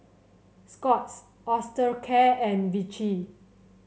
Scott's Osteocare and Vichy